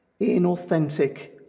inauthentic